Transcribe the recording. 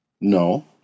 No